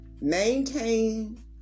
Maintain